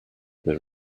there